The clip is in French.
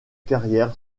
carrière